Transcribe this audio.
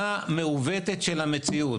ראייה מעוותת של המציאות.